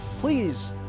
please